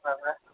हा हा